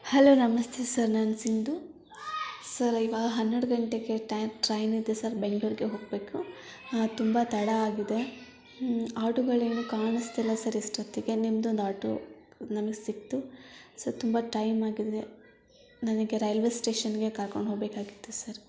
hello ನಮಸ್ತೆ sir ನಾನು Sindhu sir ಇವಾಗ ಹನ್ನೆರಡು ಗಂಟೆಗೆ ಟ್ರೈನ್ ಇದೆ ಸರ್ ಬೆಂಗ್ಳೂರಿಗೆ ಹೋಗಬೇಕು ತುಂಬ ತಡ ಆಗಿದೆ ಆಟೋಗಳು ಏನು ಕಾಣಿಸ್ತಿಲ್ಲ ಇಷ್ಟೊತ್ತಿಗೆ ನಿಮ್ದೊಂದು ಆಟೋ ನಮಿಗೆ ಸಿಕ್ಕಿತು ಸರ್ ತುಂಬ ಟೈಮ್ ಆಗಿದೆ ನನಗೆ ರೈಲ್ವೇ ಸ್ಟೇಷನ್ಗೆ ಕರ್ಕೊಂಡು ಹೋಗಬೇಕಾಗಿತ್ತು ಸರ್